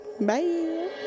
Bye